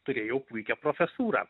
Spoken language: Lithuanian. turėjau puikią profesūrą